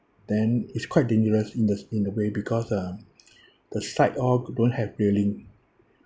then is quite dangerous in the s~ in a way because um the side all don't have railing